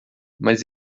mas